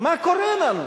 מה קורה לנו?